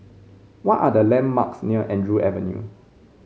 what are the landmarks near Andrew Avenue